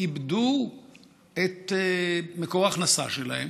שאיבדו את מקור ההכנסה שלהם